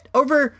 over